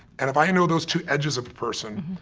and if i know those two edges of a person,